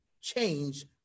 change